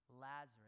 Lazarus